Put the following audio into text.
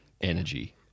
energy